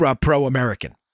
pro-American